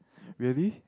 really